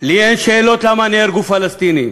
לי אין שאלות למה נהרגו פלסטינים